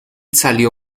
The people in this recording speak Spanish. salió